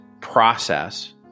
process